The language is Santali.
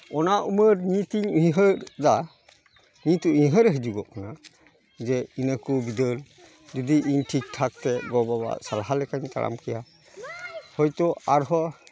ᱚᱱᱟ ᱩᱢᱮᱨ ᱱᱤᱛᱤᱧ ᱩᱭᱦᱟᱹᱨᱫᱟ ᱱᱤᱛ ᱩᱭᱦᱟᱹᱨ ᱦᱤᱡᱩᱜ ᱠᱟᱱᱟ ᱡᱮ ᱤᱱᱟᱹ ᱠᱚ ᱵᱤᱫᱟᱹᱞ ᱡᱩᱫᱤ ᱤᱧ ᱴᱷᱤᱠᱼᱴᱷᱟᱠ ᱛᱮ ᱜᱚᱼᱵᱟᱵᱟᱣᱟᱜ ᱥᱟᱞᱦᱟ ᱞᱮᱠᱟᱛᱮᱧ ᱛᱟᱲᱟᱢ ᱠᱮᱭᱟ ᱦᱳᱭᱛᱳ ᱟᱨᱦᱚᱸ